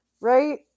Right